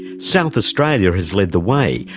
south australia has led the way.